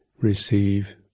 receive